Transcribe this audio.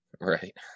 Right